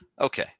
Okay